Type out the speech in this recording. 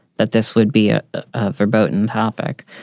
that this would be a verboten topic.